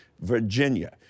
Virginia